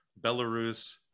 Belarus